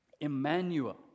Emmanuel